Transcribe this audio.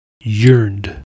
Yearned